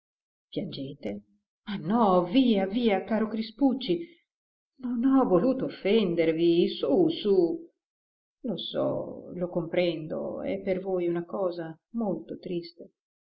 ringrazio piangete no via via caro crispucci non ho voluto offendervi su su lo so lo comprendo è per voi una cosa molto triste